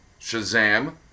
Shazam